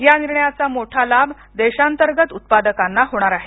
या निर्णयाचा मोठा लाभ देशांतर्गत उत्पादकांना होणार आहे